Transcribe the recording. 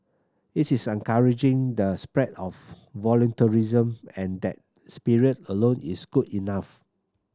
it's encouraging the spread of voluntarism and that spirit alone is good enough